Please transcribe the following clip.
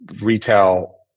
retail